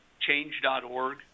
change.org